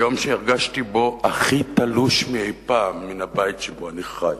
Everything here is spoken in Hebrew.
היום שהרגשתי בו הכי תלוש מאי-פעם מן הבית שבו אני חי,